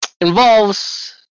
involves